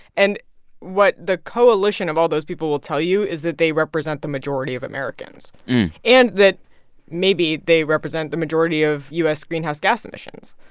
and what the coalition of all those people will tell you is that they represent the majority of americans and that maybe they represent the majority of u s. greenhouse gas emissions.